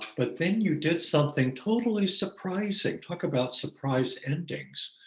but then you did something totally surprising, talk about surprise endings.